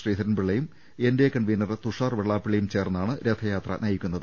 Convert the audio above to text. ശ്രീധരൻപിള്ളയും NDA convener Tushar വെള്ളാപ്പള്ളിയും ചേർന്നാണ് രഥയാത്ര നയിക്കുന്നത്